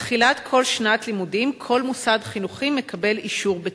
בתחילת כל שנת לימודים כל מוסד חינוכי מקבל אישור בטיחות.